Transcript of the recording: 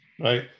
Right